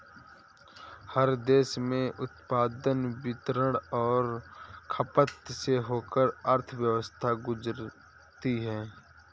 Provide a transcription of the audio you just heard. हर देश में उत्पादन वितरण और खपत से होकर अर्थव्यवस्था गुजरती है